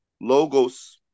Logos